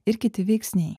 ir kiti veiksniai